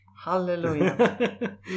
Hallelujah